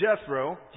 Jethro